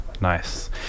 Nice